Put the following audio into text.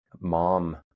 mom